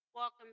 Welcome